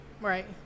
right